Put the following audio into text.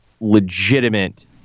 legitimate